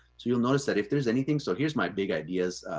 so you'll notice that if there's anything, so here's my big ideas,